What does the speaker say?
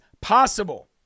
possible